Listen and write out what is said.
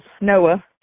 Noah